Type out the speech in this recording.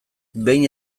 behin